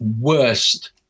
worst